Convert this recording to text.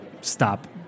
stop